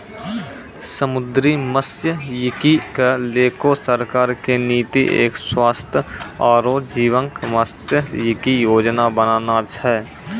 समुद्री मत्सयिकी क लैकॅ सरकार के नीति एक स्वस्थ आरो जीवंत मत्सयिकी योजना बनाना छै